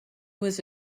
was